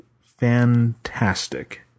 fantastic